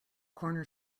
corner